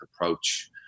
approach